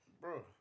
Bro